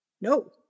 no